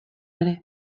ere